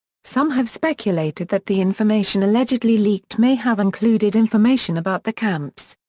some have speculated that the information allegedly leaked may have included information about the camps.